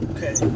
Okay